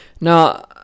Now